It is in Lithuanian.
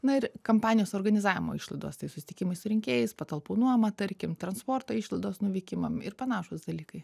na ir kampanijos organizavimo išlaidos tai susitikimai su rinkėjais patalpų nuoma tarkim transporto išlaidos nuvykimam ir panašūs dalykai